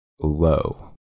Low